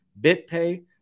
bitpay